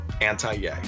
Anti-yay